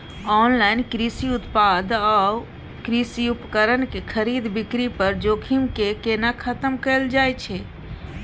Online कृषि उत्पाद आ कृषि उपकरण के खरीद बिक्री पर जोखिम के केना खतम कैल जाए छै?